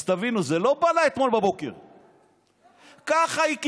אז תבינו: זה לא בא לה אתמול בבוקר.